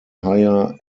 higher